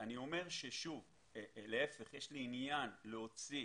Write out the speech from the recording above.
אני אומר שיש לי עניין להוציא